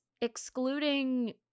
excluding